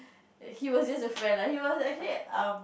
he was just a friend lah he was actually our